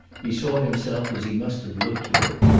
he saw himself as he must have looked to her,